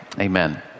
amen